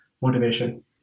motivation